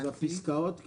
אז הפסקאות כאילו?